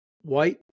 white